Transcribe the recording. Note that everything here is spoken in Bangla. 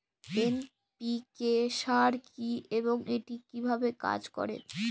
এন.পি.কে সার কি এবং এটি কিভাবে কাজ করে?